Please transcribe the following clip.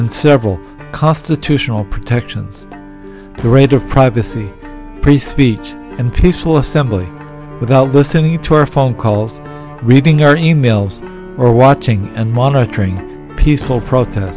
and several costly to tional protections greater privacy priest speech and peaceful assembly without listening to our phone calls reading our emails or watching and monitoring peaceful protest